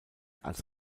als